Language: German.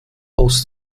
aus